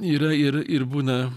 yra ir ir būna